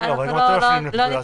בסדר, לא נתקן את זה.